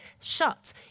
shut